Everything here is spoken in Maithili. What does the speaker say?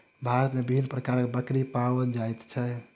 भारत मे विभिन्न प्रकारक बकरी पाओल जाइत छै